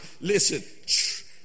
listen